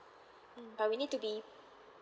mm what we need to be